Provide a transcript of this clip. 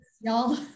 y'all